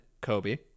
Kobe